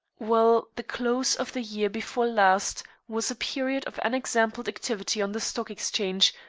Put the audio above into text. well, the close of the year before last was a period of unexampled activity on the stock exchange,